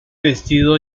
vestido